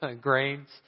Grains